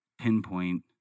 pinpoint